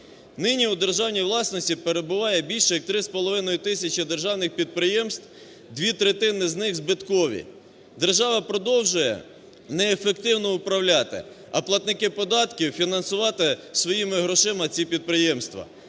Нині у державній власності перебуває більше як 3,5 тисячі державних підприємств, дві третини з них збиткові. Держава продовжує неефективно управляти, а платники податків фінансувати своїми грошима ці підприємства.